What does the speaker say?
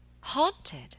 haunted